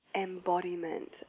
embodiment